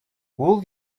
would